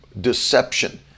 deception